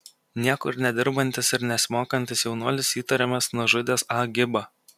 niekur nedirbantis ir nesimokantis jaunuolis įtariamas nužudęs a gibą